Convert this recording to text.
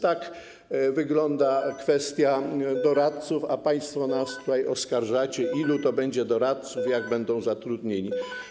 Tak wygląda kwestia doradców, a państwo nas tutaj oskarżacie, ilu to będzie doradców, jak będą zatrudnieni.